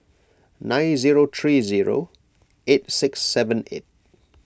nine zero three zero eight six seven eight